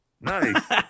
Nice